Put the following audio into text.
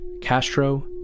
Castro